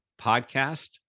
podcast